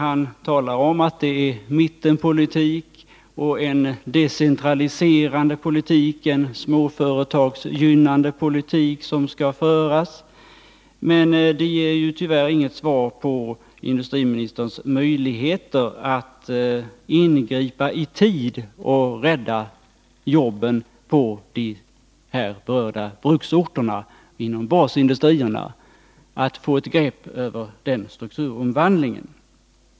Han talar om att det är mittenpolitik och en decentraliserande politik, en småföretagsgynnande politik, som skall föras. Men därmed ges tyvärr inget svar på min fråga om industriministerns möjligheter att i tid ingripa för att rädda jobben inom basindustrierna på de här berörda bruksorterna och för att få ett grepp på strukturomvandlingen.